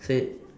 say it